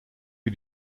wie